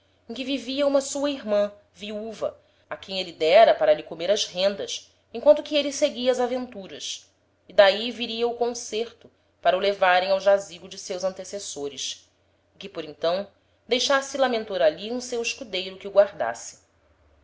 que vivia uma sua irman viuva a quem a êle dera para lhe comer as rendas enquanto que êle seguia as aventuras e d'ahi viria o concerto para o levarem ao jazigo de seus antecessores e que por então deixasse lamentor ali um seu escudeiro que o guardasse